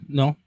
no